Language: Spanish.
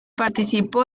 participó